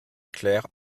claire